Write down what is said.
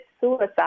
suicide